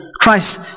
Christ